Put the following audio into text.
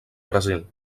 brasil